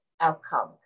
outcome